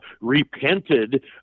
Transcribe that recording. repented